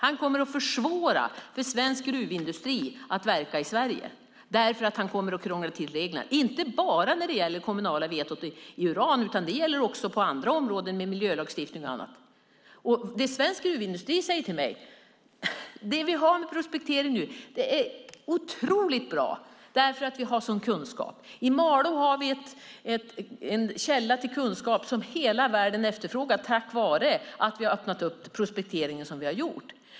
Han kommer att försvåra för svensk gruvindustri att verka i Sverige därför att han kommer att krångla till reglerna - inte bara när det gäller det kommunala vetot för uran utan också på andra områden med miljölagstiftning och annat. Det svensk gruvindustri säger till mig är att det som gäller prospektering nu är otroligt bra eftersom vi har en sådan kunskap. I Malå har vi en källa till kunskap som hela världen efterfrågar tack vare att vi har öppnat prospekteringen såsom vi har gjort.